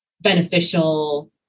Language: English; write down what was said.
beneficial